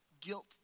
guilt